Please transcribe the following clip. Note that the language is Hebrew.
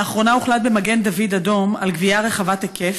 לאחרונה הוחלט במגן דוד אדום על גבייה רחבת היקף,